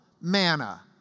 manna